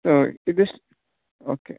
ಹಾಂ ಇದಿಷ್ಟು ಓಕೆ